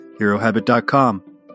Herohabit.com